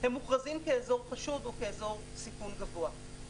מוכרזים כאזור חשוד או כאזור בסיכון גבוה.